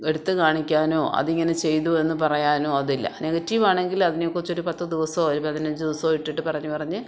എടുത്ത് കാണിക്കാനോ അതിങ്ങനെ ചെയ്തു എന്ന് പറയാനോ അതില്ല നെഗറ്റീവ് ആണെങ്കിൽ അതിനെ കുറിച്ചൊരു പത്ത് ദിവസമോ ഒരു പതിനഞ്ച് ദിവസമോ ഇട്ടിട്ട് പറഞ്ഞ് പറഞ്ഞ്